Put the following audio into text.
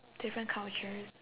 different cultures